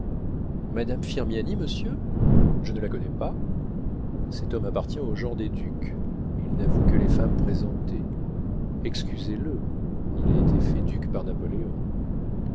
madame firmiani monsieur je ne la connais pas cet homme appartient au genre des ducs il n'avoue que les femmes présentées excusez-le il a été fait duc par napoléon